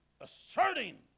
asserting